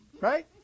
Right